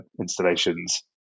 installations